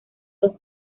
dos